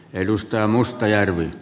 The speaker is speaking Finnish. arvoisa puhemies